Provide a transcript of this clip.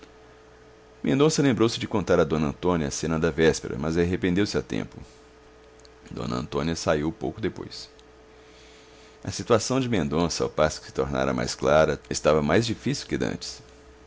mendonça lembrou-se de contar a d antônia a cena da véspera mas arrependeu-se a tempo d antônia saiu pouco depois a situação de mendonça ao passo que se tornara mais clara estava mais difícil que dantes